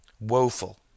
woeful